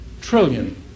trillion